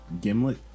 gimlet